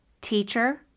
teacher